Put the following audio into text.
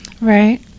Right